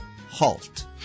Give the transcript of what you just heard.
halt